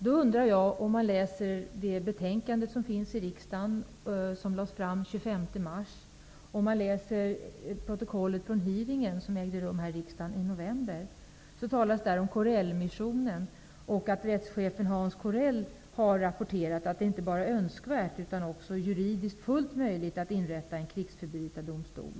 I det betänkande från utrikesutskottet som lades fram i riksdagen den 25 mars finns ett protokoll från den hearing som hölls i november, och där talas det om Corellmissionen och att rättschefen Hans Corell har rapporterat att det inte bara är önskvärt utan också juridiskt fullt möjligt att inrätta en krigsförbrytardomstol.